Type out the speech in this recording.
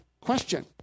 question